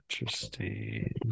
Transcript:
interesting